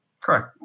Correct